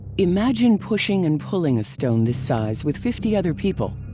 imagine pushing and pulling a stone this size with fifty other people.